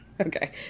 okay